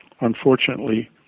Unfortunately